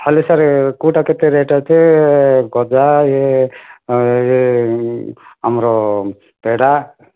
ହେଲେ ସାର୍ କେଉଁଟା କେତେ ରେଟ୍ ଅଛି ଗଜା ଇଏ ଆମର ପେଡ଼ା